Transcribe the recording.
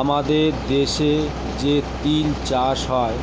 আমাদের দেশে যে তিল চাষ হয়